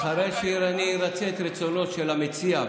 אחרי שארצה את רצונו של המציע,